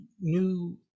new